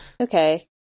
Okay